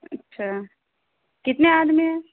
اچھا کتنے آدمی ہیں